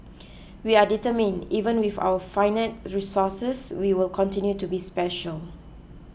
we are determined even with our finite resources we will continue to be special